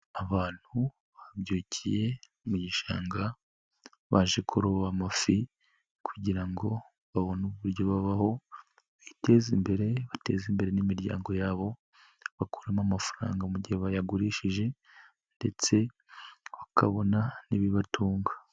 Abantu babyukiye mu gishanga, baje kuroba amafi kugira ngo babone uburyo babaho, biteze imbere bateze imbere n'imiryango yabo, bakuramo amafaranga mu gihe bayagurishije ndetse bakabona n'ibibatunga.